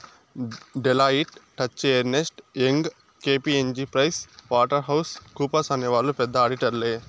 Deloitte, Touche Ernst, Young KPMG Price Waterhouse కూపర్స్అనే వాళ్ళు పెద్ద ఆడిటర్లే